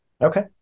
Okay